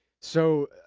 so,